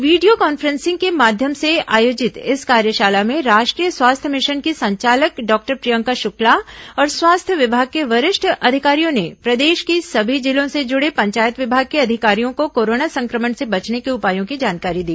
video conferencing के माध्यम से आयोजित इस कार्यशाला में राष्ट्रीय स्वास्थ्य मिशन की संचालक डॉक्टर प्रियंका शुक्ला और स्वास्थ्य विमाग के वरिष्ठ अधिकारियों ने प्रदेश के सभी जिलों से जुड़े पंचायत विभाग के अधिकारियों को कोरोना संक्रमण से बचने के उपायों की जानकारी दी